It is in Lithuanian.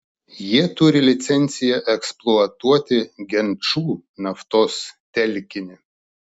jie turi licenciją eksploatuoti genčų naftos telkinį